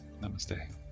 Namaste